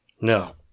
No